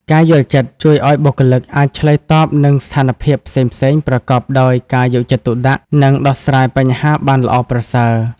ការយល់ចិត្តជួយឱ្យបុគ្គលិកអាចឆ្លើយតបនឹងស្ថានភាពផ្សេងៗប្រកបដោយការយកចិត្តទុកដាក់ និងដោះស្រាយបញ្ហាបានល្អប្រសើរ។